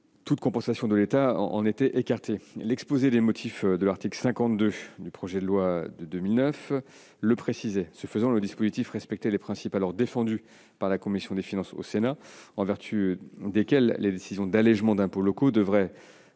Toute compensation de l'État a donc été écartée. L'exposé des motifs de l'article 52 du projet de loi de 2009 le précisait. Le dispositif respectait les principes défendus alors par la commission des finances du Sénat, en vertu desquels les décisions d'allégement d'impôts locaux devaient